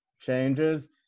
changes –